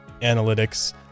analytics